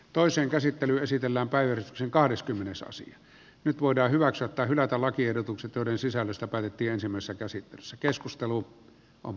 toisen käsittely esitellään päivitetty kahdeskymmenes avasi nyt voidaan hyväksyä tai hylätä lakiehdotukset joiden sisällöstä päätettiin ensimmäisessä käsittelyssä keskustelu on